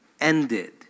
ended